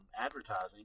advertising